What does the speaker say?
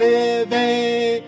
living